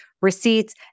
receipts